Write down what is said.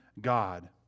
God